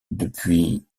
depuis